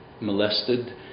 molested